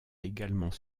également